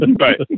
Right